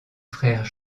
frère